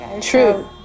true